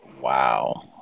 Wow